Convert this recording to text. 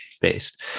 based